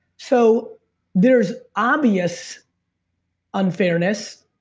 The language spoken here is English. so there's obvious unfairness